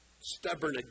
Stubborn